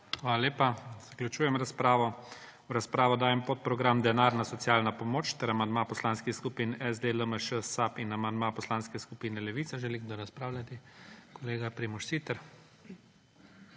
Hala lepa. Zaključujem razpravo. V razpravo dajem podprogram Denarna socialna pomoč ter amandma poslanskih skupin SD, LMŠ, SAB in amandma Poslanske skupine Levica. Želi kdo razpravljati? (Da.) Kolega Primož Siter.